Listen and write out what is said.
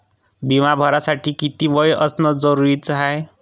बिमा भरासाठी किती वय असनं जरुरीच हाय?